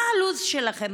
מה הלו"ז שלכם?